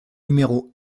numéro